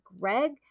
Greg